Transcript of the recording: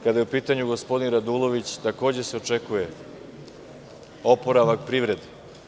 Kada je u pitanju gospodin Radulović, takođe se očekuje oporavak privrede.